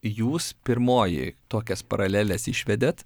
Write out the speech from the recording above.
jūs pirmoji tokias paraleles išvedėt